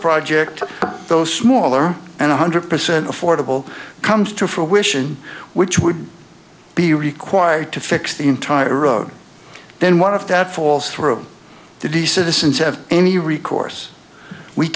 project are those smaller and one hundred percent affordable comes to fruition which would be required to fix the entire road then one of that falls through to the citizens have any recourse we